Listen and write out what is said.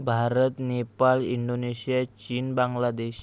Bharat Nepal Indonesia चीन बांग्लादेश